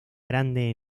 grande